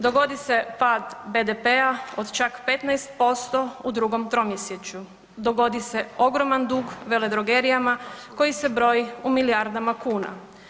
Dogodi se pad BDP-a od čak 15% u drugom tromjesečju, dogodi se ogroman dug veledrogerijama koji se broji u milijardama kuna.